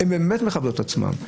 הן באמת מכבדות את עצמן,